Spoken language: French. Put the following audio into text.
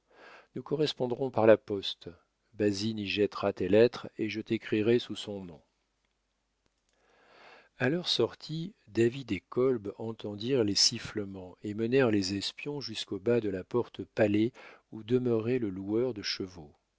nous correspondrons par la poste basine y jettera tes lettres et je t'écrirai sous son nom a leur sortie david et kolb entendirent les sifflements et menèrent les espions jusqu'au bas de la porte palet où demeurait le loueur de chevaux